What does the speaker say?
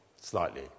slightly